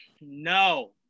No